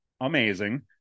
amazing